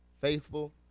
faithful